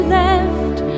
left